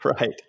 Right